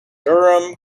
durham